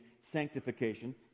sanctification